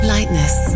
Lightness